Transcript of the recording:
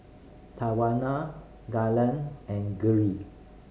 Tawana Galen and Geri